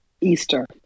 easter